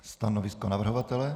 Stanovisko navrhovatele?